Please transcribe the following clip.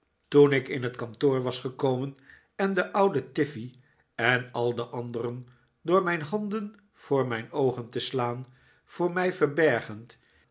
toen ik in het kantoor was gekomen en den ouden tiffey en al de anderen door mijn handen voor mijn oogen te slaan voor mij verbergend